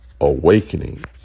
awakening